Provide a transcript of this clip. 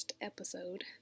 episode